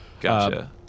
Gotcha